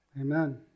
Amen